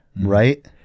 Right